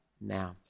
now